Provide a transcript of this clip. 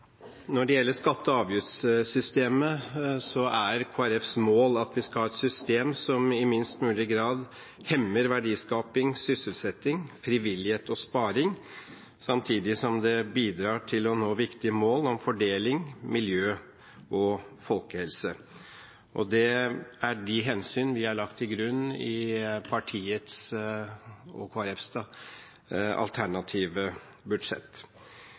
Når det gjelder skatte- og avgiftssystemet, er Kristelig Folkepartis mål at vi skal ha et system som i minst mulig grad hemmer verdiskaping, sysselsetting, frivillighet og sparing, samtidig som det bidrar til å nå viktige mål om fordeling, miljø og folkehelse. Det er de hensyn vi har lagt til grunn i Kristelig Folkepartis alternative budsjett.